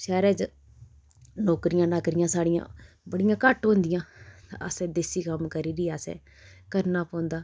शैह्रा च नौकरियां नाकरियां साढ़ियां बड़ियां घट्ट होंदियां ते असें देसी कम्म करी'री असें करना पौंदा